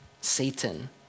Satan